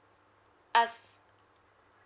as